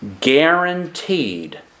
guaranteed